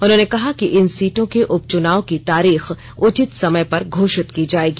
उन्होंने कहा कि इन सीटों के उपच्चनाव की तारीख उचित समय पर घोषित की जाएगी